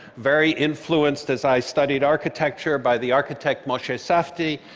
very influenced as i studied architecture by the architect moshe safdie,